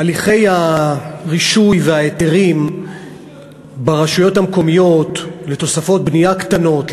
הליכי הרישוי ומתן ההיתרים ברשויות המקומיות לתוספות בנייה קטנות,